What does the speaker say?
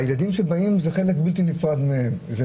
הילדים שבאים זה חלק בלתי נפרד מהם, זה